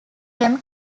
them